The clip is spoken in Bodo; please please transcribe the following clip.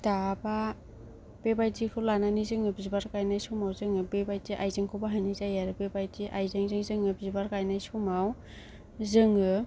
दाबा बेबादिखौ लानानै जोङो बिबार गायनाय समाव जोङो बेबादि आइजेंखौ बाहायनाय जायो आरो बेबादि आइजेंजों जोङो बिबार गायनाय समाव जोङो